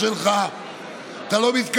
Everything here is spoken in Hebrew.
יש תפקידים,